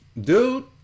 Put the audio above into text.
dude